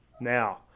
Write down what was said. Now